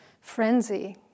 frenzy